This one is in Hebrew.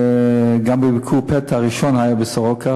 וגם בביקור הפתע הראשון הייתי בסורוקה,